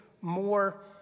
more